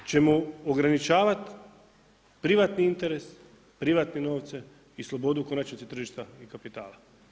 I mi ćemo ograničavati privatni interes, privatne novce i slobodu u konačnici tržišta kapitala.